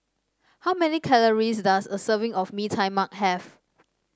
how many calories does a serving of Mee Tai Mak have